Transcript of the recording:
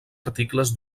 articles